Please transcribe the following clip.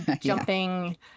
jumping